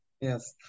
Yes